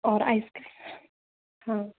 और ice cream हाँ